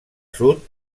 sud